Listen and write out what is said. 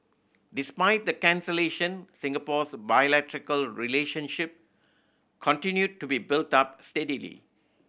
despite the cancellation Singapore's bilateral relationship continued to be built up steadily